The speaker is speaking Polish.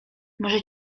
może